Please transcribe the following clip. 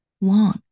long